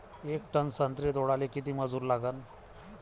येक टन संत्रे तोडाले किती मजूर लागन?